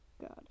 God